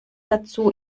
dazu